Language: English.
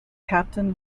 captain